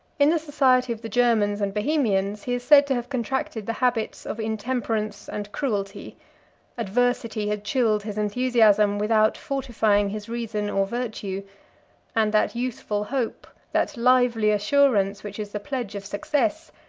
in the society of the germans and bohemians, he is said to have contracted the habits of intemperance and cruelty adversity had chilled his enthusiasm, without fortifying his reason or virtue and that youthful hope, that lively assurance, which is the pledge of success,